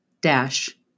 dash